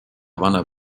vana